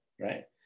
right